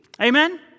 Amen